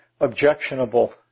objectionable